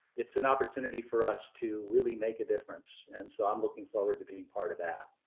it's an opportunity for us to really make a difference and so i'm looking forward to being part of that.